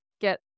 get